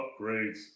upgrades